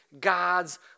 God's